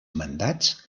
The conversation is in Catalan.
mandats